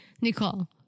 Nicole